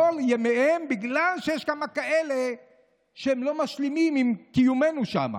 כל ימיהם בגלל שיש כמה כאלה שלא משלימים עם קיומנו שם.